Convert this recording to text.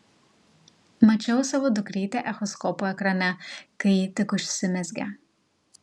mačiau savo dukrytę echoskopo ekrane kai ji tik užsimezgė